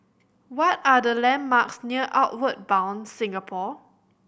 what are the landmarks near Outward Bound Singapore